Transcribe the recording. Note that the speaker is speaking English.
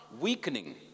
weakening